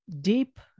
deep